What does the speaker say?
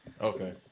okay